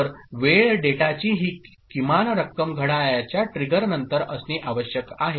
तर वेळ डेटाची ही किमान रक्कम घड्याळाच्या ट्रिगर नंतर असणे आवश्यक आहे